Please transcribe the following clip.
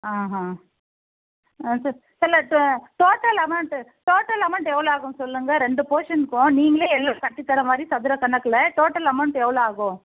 ஆஹான் sir sir total amount total amount எவ்வளோ ஆகும் சொல்லுங்கள் ரெண்டு போஷன் இப்போது நீங்களே கட்டித்தரமாதிரி சதுர கணக்கில் டோட்டல் அமௌன்ட் எவ்வளோ ஆகும்